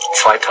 2000